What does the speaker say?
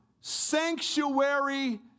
sanctuary